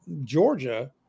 Georgia